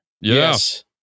Yes